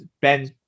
Ben